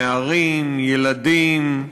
נערים, ילדים,